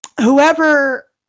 whoever